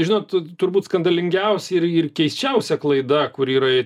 žinot turbūt skandalingiausia ir ir keisčiausia klaida kuri yra